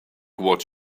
what